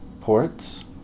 ports